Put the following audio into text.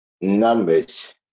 numbers